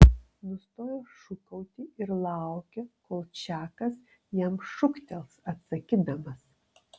nustojo šūkauti ir laukė kol čakas jam šūktels atsakydamas